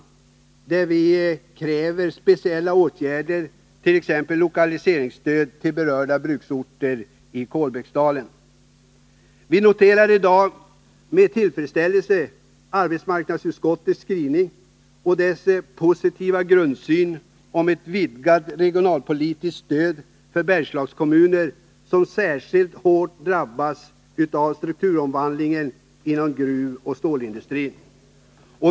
I motionen kräver vi speciella åtgärder, t.ex. lokaliseringsstöd till berörda bruksorter i Kolbäcksdalen. Vi noterar i dag med tillfredsställelse arbetsmarknadsutskottets skrivning och dess positiva grundsyn på ett vidgat regionalpolitiskt stöd för de Bergslagskommuner som särskilt hårt drabbats av strukturomvandlingen inom gruvoch stålindustrin.